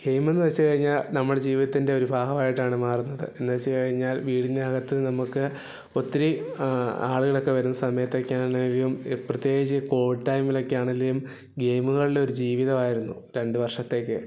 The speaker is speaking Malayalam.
ഗെയ്മ് എന്ന് വെച്ച് കഴിഞ്ഞാൽ നമ്മുടെ ജീവിതത്തിൻ്റെ ഒരു ഭാഗമായിട്ടാണ് മാറുന്നത് എന്ന് വെച്ചുകഴിഞ്ഞാൽ വീടിനകത്ത് നമുക്ക് ഒത്തിരി ആളുകളൊക്കെ വരുന്ന സമയത്തൊക്കെ ആണേലും പ്രത്യേകിച്ച് കോവിഡ് ടൈമിലൊക്കെയാണേലും ഗെയിമുകളുടെ ഒരു ജീവിതമായിരുന്നു രണ്ട് വർഷത്തേക്ക്